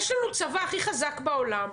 יש לנו צבא הכי חזק בעולם.